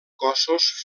cossos